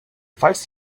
falls